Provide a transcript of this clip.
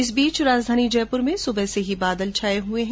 इस बीच आज राजधानी जयपुर में सुबह से ही बादल छाये हुए है